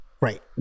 Right